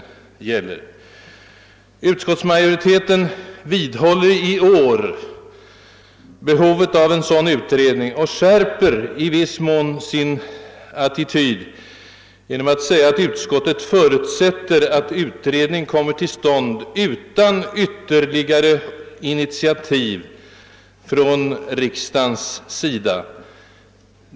Utskottsmajoriteten vidhåller i år behovet av en sådan utredning och skärper i viss mån sin attityd genom att säga att utskottet förutsätter att utredning kommer till stånd »utan ytterligare initiativ från riksdagens sida«.